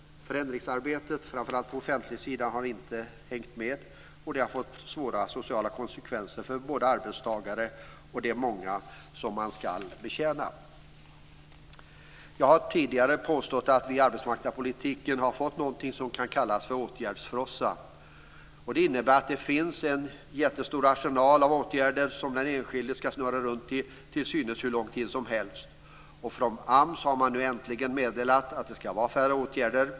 Förändringsarbetet, framför allt på offentligsidan, har inte hängt med. Det har fått svåra sociala konsekvenser för både arbetstagare och de många som man skall betjäna. Jag har tidigare påstått att vi i arbetsmarknadspolitiken har fått någonting som kan kallas för åtgärdsfrossa. Det innebär att det finns en jättestor arsenal av åtgärder som den enskilde skall snurra runt i till synes hur lång tid som helst. Från AMS har man nu äntligen meddelat att det skall vara färre åtgärder.